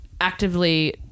actively